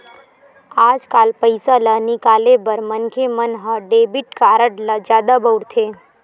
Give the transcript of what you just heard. आजकाल पइसा ल निकाले बर मनखे मन ह डेबिट कारड ल जादा बउरथे